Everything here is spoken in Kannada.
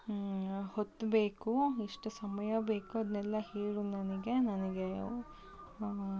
ಹೊತ್ತು ಬೇಕು ಎಷ್ಟು ಸಮಯ ಬೇಕು ಅದ್ನೆಲ್ಲ ಹೇಳು ನನಗೆ ನನಗೆ